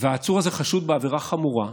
והעצור הזה חשוד בעבירה חמורה,